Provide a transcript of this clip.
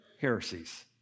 heresies